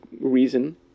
reason